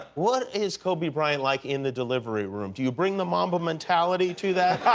what is kobe bryant like in the delivery room? do you bring the mamba mentality to that